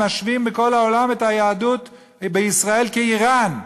משווים בכל העולם את היהדות בישראל כאיראן.